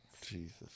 Jesus